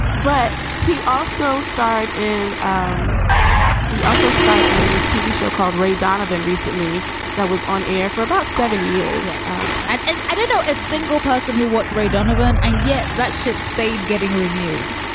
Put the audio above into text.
but he also starred in. um he also starred in this tv show called ray donovan recently that was on air for about seven years um and and i don't know a single person who watched ray donovan and yet that shit stayed getting renewed.